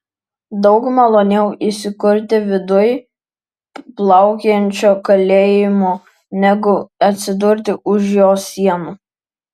daug maloniau įsikurti viduj plaukiančiojo kalėjimo negu atsidurti už jo sienų